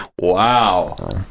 wow